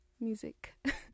music